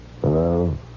Hello